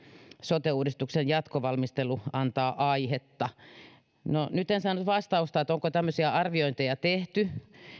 sote uudistuksen jatkovalmistelu antaa aihetta no nyt en saanut vastausta onko tämmöisiä arviointeja tehty